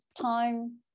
time